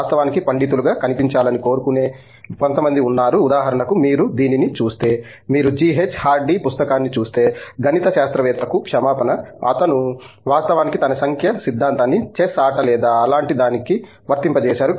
వాస్తవానికి పండితులుగా కనిపించాలని కోరుకునే కొంతమంది ఉన్నారు ఉదాహరణకు మీరు దీనిని చూస్తే మీరు G H హార్డీ పుస్తకాన్ని చూస్తే గణిత శాస్త్రవేత్త కు క్షమాపణ అతను వాస్తవానికి తన సంఖ్య సిద్ధాంతాన్ని చెస్ ఆట లేదా అలాంటి దానికి వర్తింపజేశారు